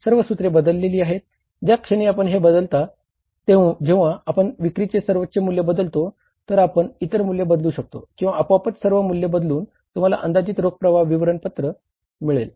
सर्व सूत्रे बदलली आहेत ज्या क्षणी आपण हे बदलता जेंव्हा आपण विक्रीचे सर्वोच्च मूल्य बदलतो तर आपण इतर मूल्य बदलू शकतो किंवा आपॊआपच सर्व मूल्य बदलून तुम्हाला अंदाजित रोख प्रवाह विवरणपत्र मिळेल